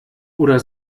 oder